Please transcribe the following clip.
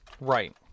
right